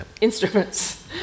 instruments